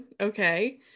okay